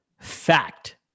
Fact